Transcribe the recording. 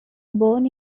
born